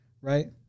right